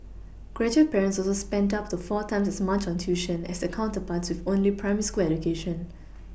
graduate parents also spent up to four times as much on tuition as the counterparts with only primary school education